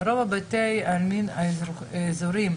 (יו"ר ועדת מיזמי תשתית לאומיים מיוחדים ושירותי דת יהודיים):